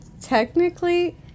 technically